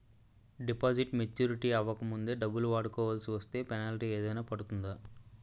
Deposit maturity అవ్వక ముందే డబ్బులు వాడుకొవాల్సి వస్తే పెనాల్టీ ఏదైనా పడుతుందా?